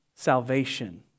salvation